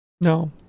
No